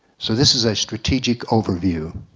so this is a strategic overview.